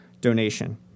donation